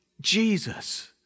Jesus